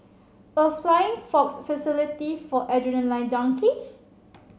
a flying fox facility for adrenaline junkies